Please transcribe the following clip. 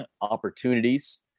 opportunities